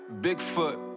Bigfoot